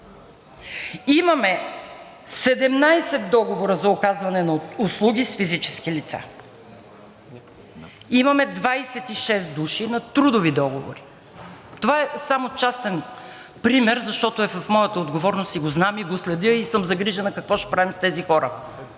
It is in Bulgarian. Имаме 17 договора за оказване на услуги с физически лица. Имаме 26 души на трудови договори. Това е само частен пример, защото е в моята отговорност и го знам, и го следя, и съм загрижена какво ще правим с тези хора,